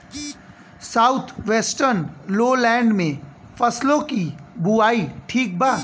South western lowland में फसलों की बुवाई ठीक बा?